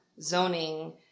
zoning